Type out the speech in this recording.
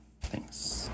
thanks